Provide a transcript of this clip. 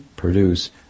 produce